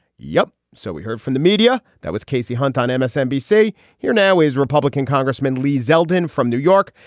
yup. so we heard from the media that was casey hunt on msnbc. here now is republican congressman lee zeldin from new york.